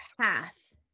path